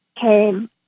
came